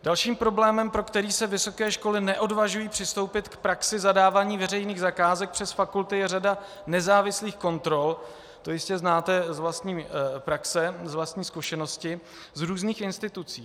Dalším problémem, pro který se vysoké školy neodvažují přistoupit v praxi k zadávání veřejných zakázek přes fakulty, je řada nezávislých kontrol to jistě znáte z vlastní praxe, z vlastní zkušenosti z různých institucí.